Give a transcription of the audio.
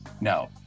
no